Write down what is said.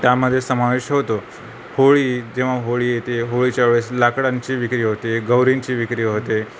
त्यामध्ये समावेश होतो होळी जेव्हा होळी येते होळीच्या वेळेस लाकडांची विक्री होते गौरींची विक्री होते